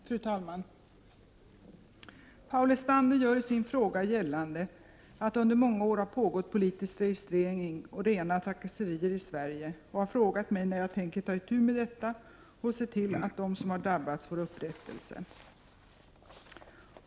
Fru talman! Paul Lestander gör i sin fråga gällande att det under många år har pågått politisk registrering och rena trakasserier i Sverige och har frågat mig när jag tänker ta itu med detta och se till att de som har drabbats får upprättelse.